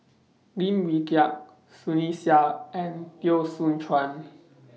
Lim Wee Kiak Sunny Sia and Teo Soon Chuan